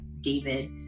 David